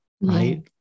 right